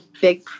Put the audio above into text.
big